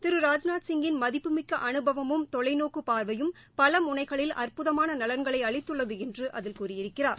திரு ராஜ்நாத் சிங் கின் மதிப்புமிக்க அனுபவமும் தொலை நோக்கு பார்வையும் பலமுனைகளில் அற்புதமான நலன்களை அளித்துள்ளது என்று அதில் கூறியிருக்கிறார்